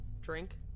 Drink